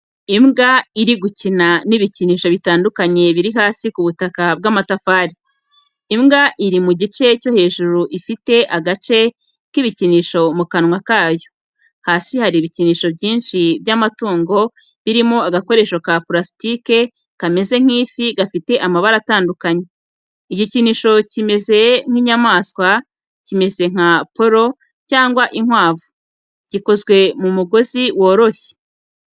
Imbwa iri gukina n’ibikinisho bitandukanye biri hasi ku butaka bw’amatafari. Imbwa iri mu gice cyo hejuru ifite agace cy’ibikinisho mu kanwa kayo. Hasi hari ibikinisho byinshi by’abatungo birimo, agakoresho ka purasitike kameze nk’ifi gafite amabara atandukanye. Igikinisho gimeze nk’inyamaswa kimeze nka poro cyangwa inkwavu, gikozwe mu mugozi woroshye.